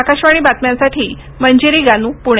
आकाशवाणी बातम्यांसाठी मंजिरी गानू पूणे